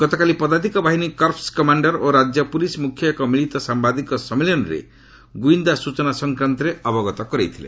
ଗତକାଲି ପଦାତିକ ବାହିନୀ କର୍ପସ୍ କମାଶ୍ଡାର୍ ଓ ରାଜ୍ୟ ପୁଲିସ୍ ମୁଖ୍ୟ ଏକ ମିଳିତ ସାମ୍ଭାଦିକ ସମ୍ମିଳନୀରେ ଗୁଇନ୍ଦା ସ୍ଟଚନା ସଂକ୍ରାନ୍ତରେ ଅବଗତ କରାଇଥିଲେ